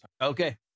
Okay